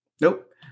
Nope